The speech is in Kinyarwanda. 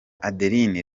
adeline